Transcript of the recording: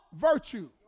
virtue